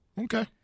Okay